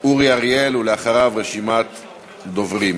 אורי אריאל, ואחריו, רשימת דוברים.